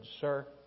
Sir